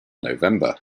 november